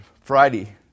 Friday